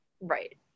right